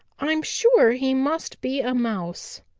i'm sure he must be a mouse.